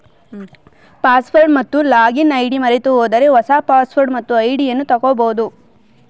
password ಮತ್ತು login ID ಮರೆತುಹೋದರೆ ಹೊಸ ಪಾಸ್ವರ್ಡ್ ಮತ್ತು ಐಡಿಯನ್ನು ತಗೋಬೋದು